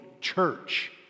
church